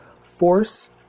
Force